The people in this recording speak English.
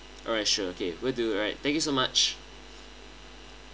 alright sure okay will do alright thank you so much